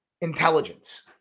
intelligence